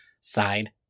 side